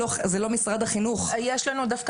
מאחר וממשרד החינוך נמסר לנו שאין להם